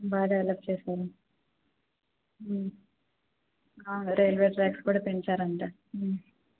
బాగా డెవలప్ చేసారు railway tracks కూడా పెంచారంట